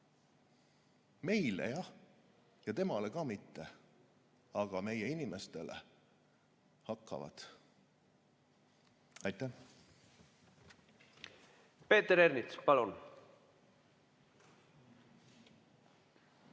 Meile jah, ja temale ka mitte. Aga meie inimestele hakkavad. Aitäh!